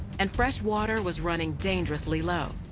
and fresh water was running dangerously low.